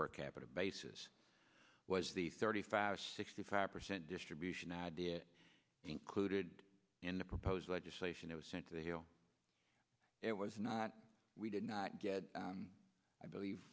per capita basis was the thirty five sixty five percent distribution idea included in the proposed legislation it was sent to the hill it was not we did not get i believe